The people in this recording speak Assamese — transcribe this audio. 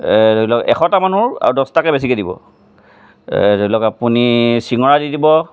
ধৰি লওক এশটা মানুহ আৰু দছটাকৈ বেছিকৈ দিব ধৰি লওক আপুনি চিঙৰা দি দিব